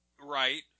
Right